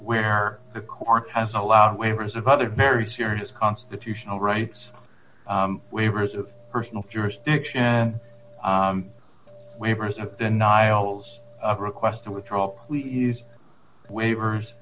where the court has allowed waivers of other very serious constitutional rights waivers of personal jurisdiction waivers of denials of requests to withdraw we use waivers